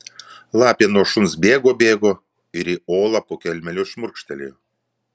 lapė nuo šuns bėgo bėgo ir į olą po kelmeliu šmurkštelėjo